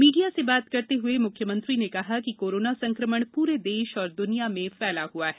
media से बात करते हुए मुख्यमंत्री ने कहा कि कोरोना संक्रमण पूरे देश और दुनिया में फैला हुआ है